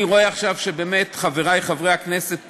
אני רואה עכשיו שבאמת חברי חברי הכנסת,